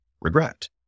regret